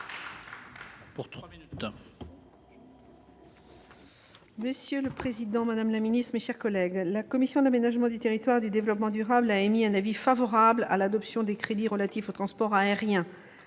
Monsieur le président, madame la ministre, mes chers collègues, la commission de l'aménagement du territoire et du développement durable a émis un avis défavorable à l'adoption des crédits des programmes